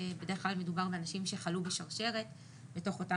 שבדרך כלל מדובר באנשים שחלו בשרשרת בתוך אותה